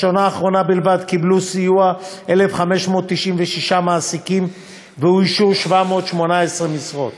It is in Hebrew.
בשנה האחרונה בלבד קיבלו סיוע 1,596 מעסיקים ואוישו 718 משרות.